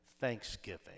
thanksgiving